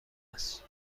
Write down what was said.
است